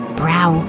brow